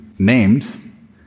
named